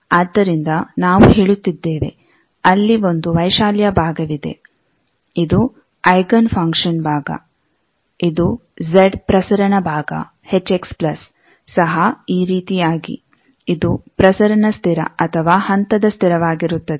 ಆದ್ದರಿಂದ ನಾವು ಹೇಳುತ್ತಿದ್ದೇವೆ ಅಲ್ಲಿ ಒಂದು ವೈಶಾಲ್ಯ ಭಾಗವಿದೆ ಇದು ಐಗನ್ ಫಂಗಕ್ಷನ್ ಭಾಗ ಇದು Z ಪ್ರಸರಣ ಭಾಗ ಸಹ ಈ ರೀತಿಯಾಗಿ ಇದು ಪ್ರಸರಣ ಸ್ಥಿರ ಅಥವಾ ಹಂತದ ಸ್ಥಿರವಾಗಿರುತ್ತದೆ